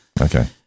Okay